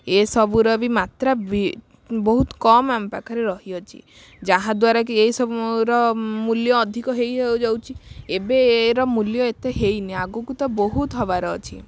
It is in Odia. ଏ ସବୁ ର ବି ମାତ୍ର ବି ବହୁତ କମ ଆମ ପାଖରେ ରହିଅଛି ଯାହା ଦ୍ବାରା କି ଏଇ ସବୁ ର ମୂଲ୍ୟ ଅଧିକ ହେଇଯାଉଛି ଏବେ ଏ ର ମୂଲ୍ୟ ଏତେ ହେଇନି ଆଗକୁ ତ ବହୁତ ହେବା ର ଅଛି